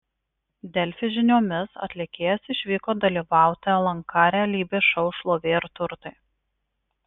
delfi žiniomis atlikėjas išvyko dalyvauti lnk realybės šou šlovė ir turtai